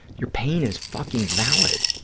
your pain is fucking valid.